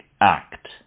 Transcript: act